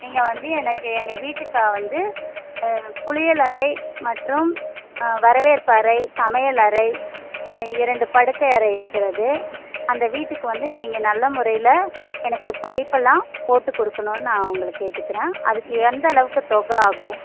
நீங்கள் வந்து எனக்கு எங்கள் வீட்டுக்கு வந்து குளியலறை மற்றும் வரவேற்பு அறை சமையலறை இரண்டு படுக்கை அறை இருக்கிறது அந்த வீட்டுக்கு வந்து நீங்கள் நல்ல முறையில எனக்கு பைப்பெல்லாம் போட்டுக் கொடுக்கணுன்னு நான் உங்களை கேட்டுக்கிறேன் அதுக்கு எந்தளவுக்கு தொகை ஆகும்